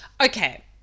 okay